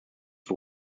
für